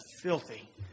filthy